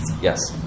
Yes